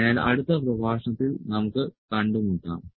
അതിനാൽ അടുത്ത പ്രഭാഷണത്തിൽ നമുക്ക് കണ്ടുമുട്ടാം